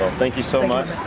thank you so much,